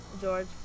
george